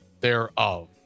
thereof